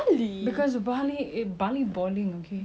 bali balling tempat bali is everything that you